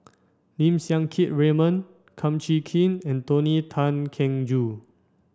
Lim Siang Keat Raymond Kum Chee Kin and Tony Tan Keng Joo